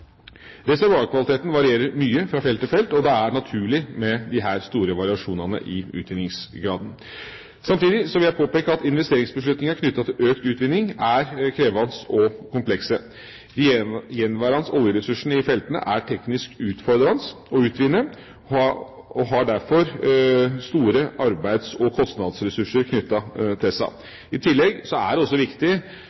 disse store variasjonene i utvinningsgraden. Samtidig vil jeg påpeke at investeringsbeslutninger knyttet til økt utvinning er krevende og komplekse. De gjenværende oljeressursene i feltene er teknisk utfordrende å utvinne, og har derfor store arbeids- og kostnadsressurser knyttet til